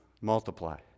multiply